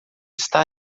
está